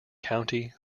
county